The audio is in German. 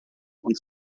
und